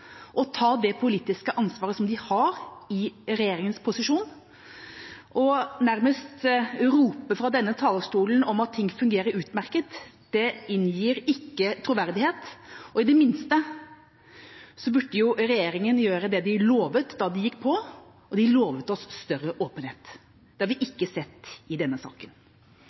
ta det politiske ansvaret som de har i regjeringas posisjon. Å nærmest rope fra denne talerstolen om at ting fungerer utmerket, inngir ikke troverdighet. I det minste burde regjeringa gjøre det den lovet da den gikk på, og de lovet oss større åpenhet. Det har vi ikke sett i denne saken.